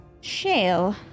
Shale